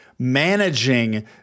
managing